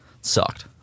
sucked